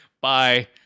Bye